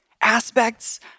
aspects